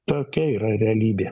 tokia yra realybė